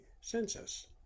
census